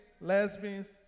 lesbians